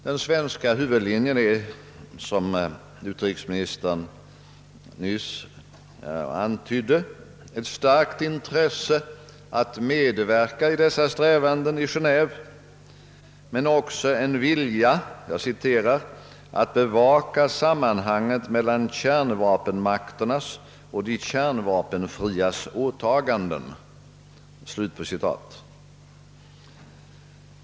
Den svenska huvudllinjen är, som utrikesministern nyss antydde, ett starkt intresse att medverka i dessa strävanden i Geneve men också en vilja att, jag citerar, »bevaka sammanhanget mellan kärnvapenmakternas och de kärnvapenfrias åtaganden».